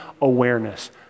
awareness